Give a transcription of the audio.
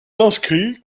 inscrit